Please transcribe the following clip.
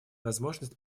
возможность